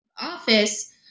office